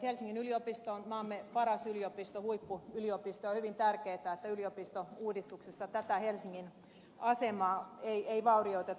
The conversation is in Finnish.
helsingin yliopisto on maamme paras yliopisto huippuyliopisto ja on hyvin tärkeätä että yliopistouudistuksessa tätä helsingin asemaa ei vaurioiteta